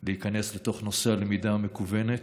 של להיכנס לנושא הלמידה המקוונת.